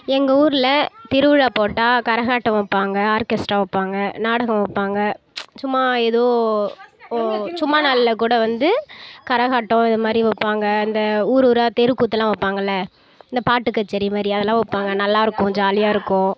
எங்கள் ஊரில் திருவிழா போட்டால் கரகாட்டம் வைப்பாங்க ஆர்கெஸ்ட்ரா வைப்பாங்க நாடகம் வைப்பாங்க சும்மா ஏதோ சும்மா நாளில் கூட வந்து கரகாட்டம் இது மாதிரி வைப்பாங்க அந்த ஊர் ஊராக தெருக்கூத்துலாம் வைப்பாங்கள்ல இந்த பாட்டு கச்சேரி மாதிரி அதெல்லாம் வைப்பாங்க நல்லா இருக்கும் ஜாலியாக இருக்கும்